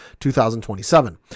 2027